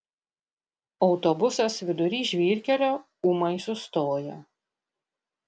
autobusas vidury žvyrkelio ūmai sustoja